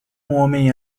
homem